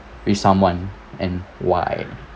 with someone and why